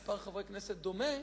העלאת מסים נטו, כמו שכבר דובר,